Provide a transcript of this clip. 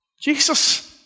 Jesus